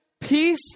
peace